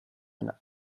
eine